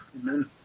Amen